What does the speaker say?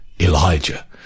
Elijah